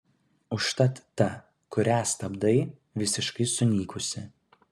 užtat ta kuria stabdai visiškai sunykusi